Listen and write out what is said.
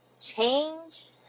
change